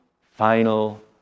final